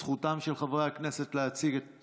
זכותם של חברי הכנסת להציג את